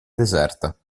deserta